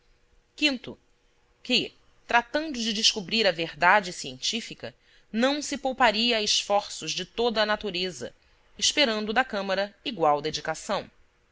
expostas que tratando de descobrir a verdade científica não se pouparia a esforços de toda a natureza esperando da câmara igual dedicação